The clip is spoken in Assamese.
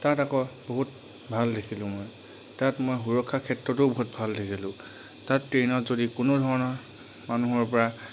তাত আকৌ বহুত ভাল দেখিলোঁ মই তাত মই সুৰক্ষাৰ ক্ষেত্ৰতো বহুত ভাল দেখিলোঁ তাত ট্ৰেইনত যদি কোনো ধৰণৰ মানুহৰপৰা